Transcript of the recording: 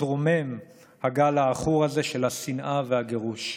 התרומם הגל העכור הזה של השנאה והגירוש.